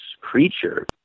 creature